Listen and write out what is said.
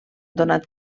donat